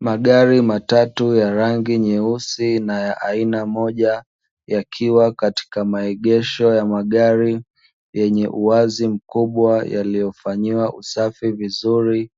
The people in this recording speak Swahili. Magari matatu ya rangi nyeusi na ya aina moja, yakiwa katika maegesho ya magari yenye uwazi mkubwa, yaliyofanyiwa usafi vizuri.